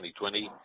2020